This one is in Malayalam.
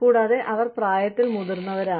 കൂടാതെ അവർ പ്രായത്തിൽ മുതിർന്നവരാണ്